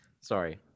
Sorry